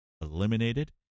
eliminated